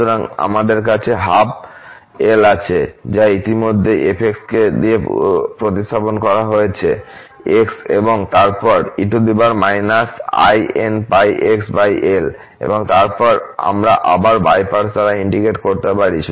সুতরাং আমাদের কাছে 12l আছে যা ইতিমধ্যেই আছে f কে দিয়ে প্রতিস্থাপন করা হয়েছে x এবং তারপর e -inπxl এবং তারপর আমরা আবার বাই পার্টস দ্বারা ইন্টিগ্রেট করতে পারি